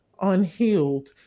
unhealed